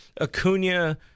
Acuna